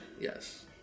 yes